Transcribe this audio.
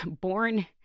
born